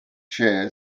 chair